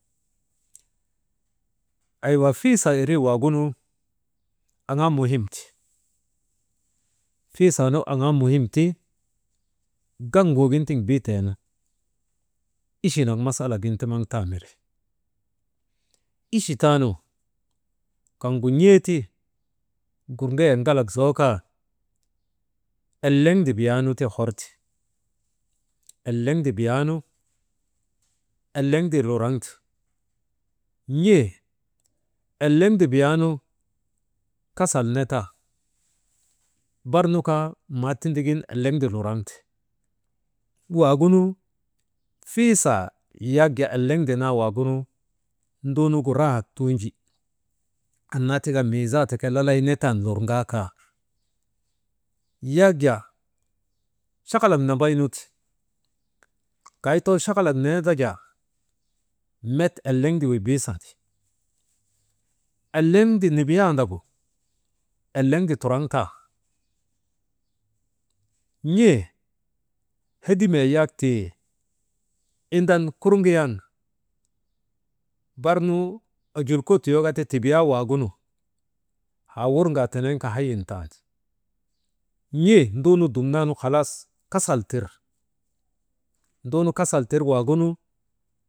Aywaa fiisaa irii waagunu aŋaa muhim ti fiisaanu aŋaa muhim ti, gak guugin tin biiteenu, ichinak masalak gin ti maŋ taa miri, ichi taanu kaŋgu n̰eeti gurŋayak ŋalak zookaa eliŋda biyaanu tii hor ti, eliŋda biyaanu eleŋde luraŋte, n̰e eliŋde biyaanu kasal netan. Bar nu kaa maa tindigin eleŋda luraŋte, waagunu fiisaa yak eleŋde naa waagunu nduunugu raahak tuunji. Annaa taka mii zaata ke lalay netan lurŋaakaa, yak jaa chahalak nambaynu ti kay too chakhalak neenda jaa met eleŋde wibiisandi. Enleŋde nidiisandagu eleŋde turaŋ kan, n̰e hedimee yak tii indan kurgayan barnu ojulko tuyoka ti tibiyaa waagunu, haa wurŋa tenen kaa hayin tan n̰ee nduunu dumnan halas kasal tir duunu kasal tir waagunu.